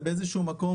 באיזשהו מקום